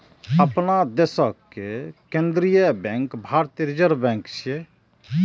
अपना देशक केंद्रीय बैंक भारतीय रिजर्व बैंक छियै